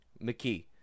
McKee